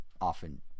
often